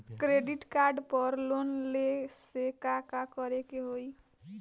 Credit card पर loan लेला से का का करे क होइ?